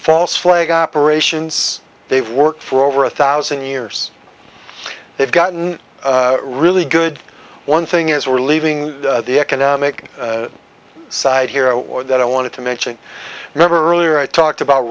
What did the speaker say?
false flag operations they've worked for over a thousand years they've gotten really good one thing is we're leaving the economic side here or that i wanted to mention remember earlier i talked about